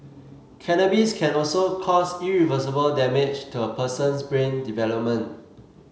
cannabis can also cause irreversible damage to a person's brain development